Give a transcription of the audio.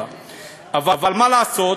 אבל מה לעשות,